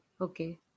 Okay